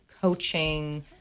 coaching